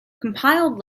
compiled